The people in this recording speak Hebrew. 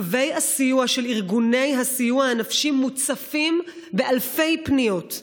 קווי הסיוע של ארגוני הסיוע הנפשי מוצפים באלפי פניות.